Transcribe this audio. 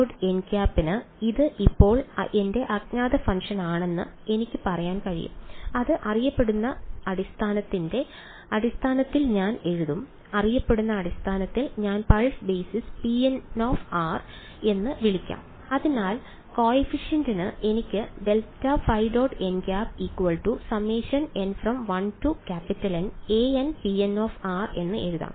nˆ ന് ഇത് ഇപ്പോൾ എന്റെ അജ്ഞാത ഫംഗ്ഷനാണെന്ന് എനിക്ക് പറയാൻ കഴിയും അത് അറിയപ്പെടുന്ന അടിസ്ഥാനത്തിന്റെ അടിസ്ഥാനത്തിൽ ഞാൻ എഴുതും അറിയപ്പെടുന്ന അടിസ്ഥാനത്തിൽ ഞാൻ പൾസ് ബേസിസ് pn എന്ന് വിളിക്കാം അതിനാൽ കോഫിഫിഷ്യന്റ് എനിക്ക് എന്ന് എഴുതാം